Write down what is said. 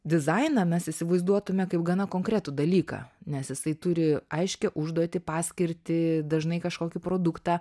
dizainą mes įsivaizduotume kaip gana konkretų dalyką nes jisai turi aiškią užduotį paskirtį dažnai kažkokį produktą